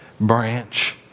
branch